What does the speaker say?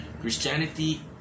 christianity